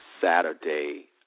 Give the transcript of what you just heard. Saturday